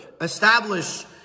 establish